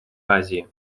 азии